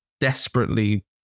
desperately